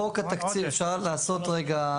חוק התקציב אפשר לעשות רגע,